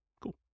Cool